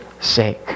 sake